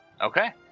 Okay